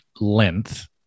length